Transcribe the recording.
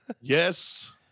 Yes